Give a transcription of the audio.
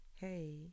Hey